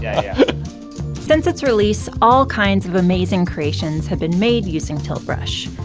yeah since its release, all kinds of amazing creations have been made using tilt brush.